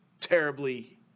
terribly